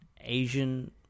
Asian